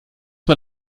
man